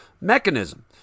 mechanism